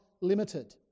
limited